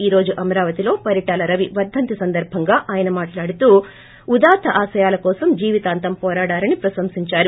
ఈ రోజు అమరావతి లో పరిటాల్ రవి వర్గంతి సందర్భంగా ఆయన మాట్లాడుతూ ఉదాత్త ఆశయాల కోసం జీవితాంతం పోరాడాడని ప్రకంసిందారు